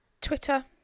Twitter